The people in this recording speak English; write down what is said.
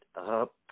up